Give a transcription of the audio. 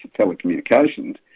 telecommunications